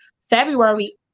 February